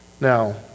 Now